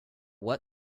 what